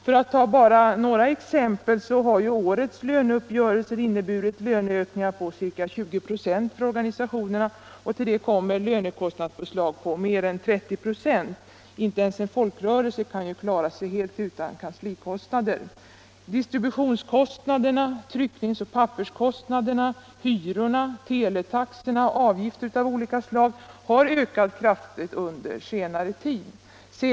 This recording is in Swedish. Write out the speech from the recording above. För att ta några exempel så har ju årets lönerörelse inneburit löneökningar på ca 20 96 för organisationerna. Till det kommer lönekostnadspåslag på mer än 30 96. Inte ens en folkrörelse kan ju klara sig helt utan kanslikostnader. Distributionskostnaderna, tryckningsoch papperskostnaderna, hyrorna, teletaxorna och avgifter av olika slag har ökat kraftigt under senare tid.